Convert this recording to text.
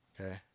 Okay